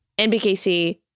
NBKC